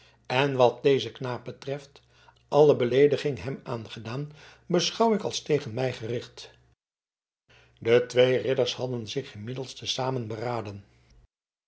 en wat dezen knaap betreft alle beleediging hem aangedaan beschouw ik als tegen mij gericht de twee ridders hadden zich inmiddels te zamen beraden